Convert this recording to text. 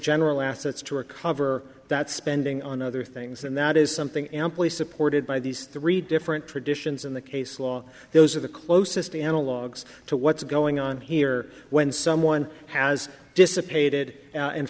general assets to recover that spending on other things and that is something amply supported by these three different traditions in the case law those are the closest analogues to what's going on here when someone has dissipated